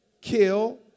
kill